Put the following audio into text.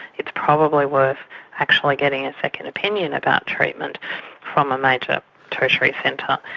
it's probably worth actually getting a second opinion about treatment from a major tertiary centre.